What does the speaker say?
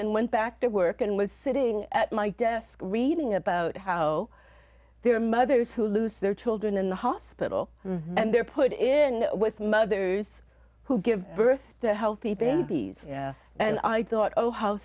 and went back to work and was sitting at my desk reading about how there are mothers who lose their children in the hospital and they're put in with mothers who give birth to healthy babies and i thought oh how